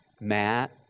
Matt